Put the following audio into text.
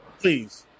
Please